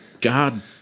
God